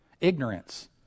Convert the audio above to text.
Ignorance